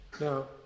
Now